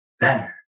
better